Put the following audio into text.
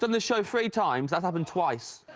done this show three times that happened twice